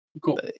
Cool